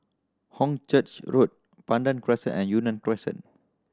Hornchurch Road Pandan Crescent and Yunnan Crescent